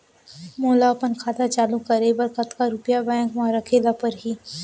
मोला अपन खाता चालू रखे बर कतका रुपिया बैंक म रखे ला परही?